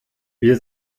wir